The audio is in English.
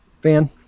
fan